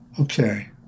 Okay